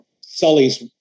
sully's